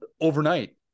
overnight